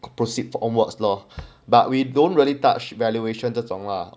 proceed on works law but we don't really touched valuation 这种啦